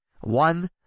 One